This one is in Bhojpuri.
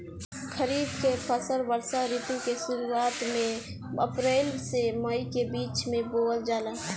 खरीफ के फसल वर्षा ऋतु के शुरुआत में अप्रैल से मई के बीच बोअल जाला